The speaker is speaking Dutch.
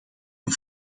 een